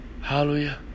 Hallelujah